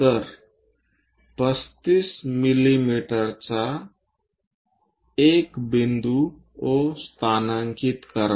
तर 35 मिमीचा एक बिंदू O स्थानांकित करा